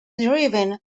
driven